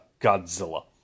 Godzilla